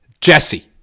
Jesse